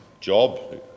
job